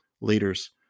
leaders